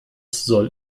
soll